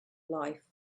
life